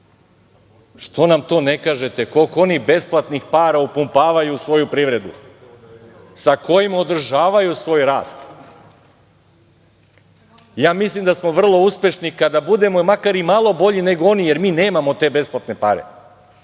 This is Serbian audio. Što nam to ne kažete, koliko oni besplatnih para upumpavaju u svoju privredu sa kojom održavaju svoj rast. Mislim da smo vrlo uspešni kada budemo i makar bolji nego oni, jer mi nemamo te besplatne pare.